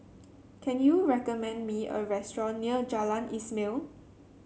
can you recommend me a restaurant near Jalan Ismail